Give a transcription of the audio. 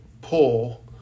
pull